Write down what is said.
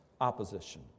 opposition